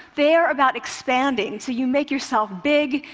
they are about expanding. so you make yourself big,